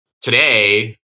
today